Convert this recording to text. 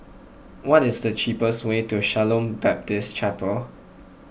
what is the cheapest way to Shalom Baptist Chapel